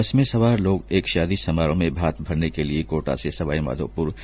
बस में सवार लोग एक शादी समारोह में भात भरने के लिए कोटा से सवाईमाधोपुर जा रहे थे